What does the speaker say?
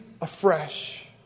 afresh